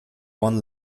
one